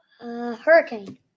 Hurricane